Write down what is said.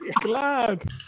Glad